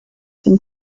from